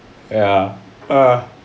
ya ugh